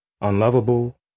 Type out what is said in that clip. unlovable